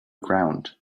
ground